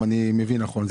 אם אני מבין נכון.